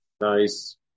Nice